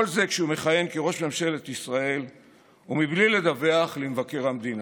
כל זה כשהוא מכהן כראש ממשלת ישראל ומבלי לדווח למבקר המדינה.